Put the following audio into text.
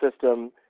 system